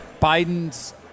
Biden's